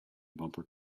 bumper